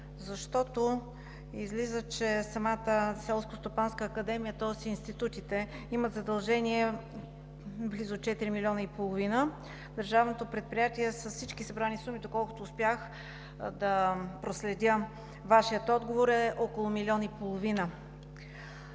Защото излиза, че самата Селскостопанска академия, тоест институтите, имат задължения близо четири милиона и половина. Държавното предприятие с всички събрани суми, доколкото успях да проследя Вашия отговор, е около милион и половина.